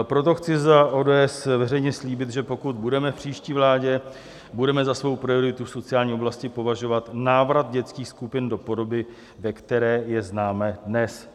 Proto chci za ODS veřejně slíbit, že pokud budeme v příští vládě, budeme za svou prioritu v sociální oblasti považovat návrat dětských skupin do podoby, ve které je známe dnes.